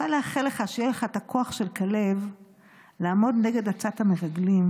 אני רוצה לאחל לך שיהיה לך את הכוח של כלב לעמוד נגד עצת המרגלים,